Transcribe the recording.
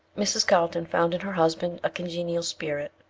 mrs. carlton found in her husband a congenial spirit,